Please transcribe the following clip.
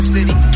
City